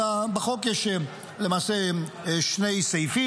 בחוק יש למעשה שני סעיפים.